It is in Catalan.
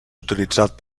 utilitzat